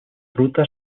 ruta